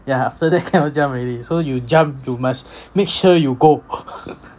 yeah after that cannot jump already so you jump you must make sure you go